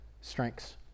strengths